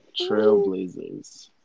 Trailblazers